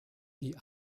die